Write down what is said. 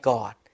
God